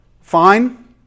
Fine